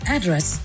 Address